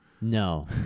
No